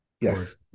Yes